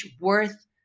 worth